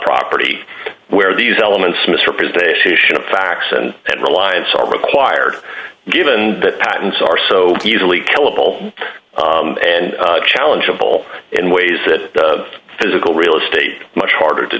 property where these elements misrepresentation of facts and and reliance are required given that patents are so easily killable and challengeable in ways that physical real estate much harder to